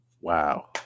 Wow